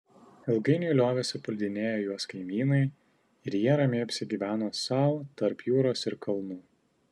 ilgainiui liovėsi puldinėję juos kaimynai ir jie ramiai apsigyveno sau tarp jūros ir kalnų